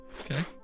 Okay